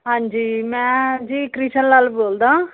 ਹਾਂਜੀ ਜੀ ਮੈਂ ਜੀ ਕ੍ਰਿਸ਼ਨ ਲਾਲ ਬੋਲਦਾ